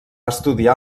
estudiar